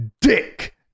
Dick